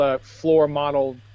floor-model